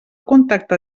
contacte